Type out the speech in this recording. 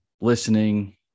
listening